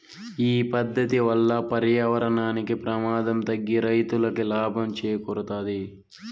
ఈ పద్దతి వల్ల పర్యావరణానికి ప్రమాదం తగ్గి రైతులకి లాభం చేకూరుతాది